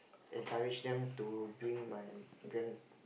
encourage them to bring my grand